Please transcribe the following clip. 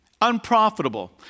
unprofitable